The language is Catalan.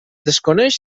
desconeix